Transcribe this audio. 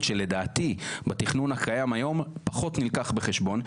שלדעתי בתכנון הקיים היום פחות נלקח בחשבון.